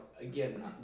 again